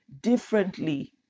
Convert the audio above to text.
differently